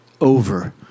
over